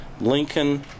Lincoln